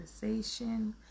Conversation